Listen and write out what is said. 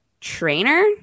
trainer